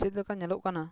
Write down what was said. ᱪᱮᱫ ᱞᱮᱠᱟ ᱧᱮᱞᱚᱜ ᱠᱟᱱᱟ